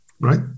right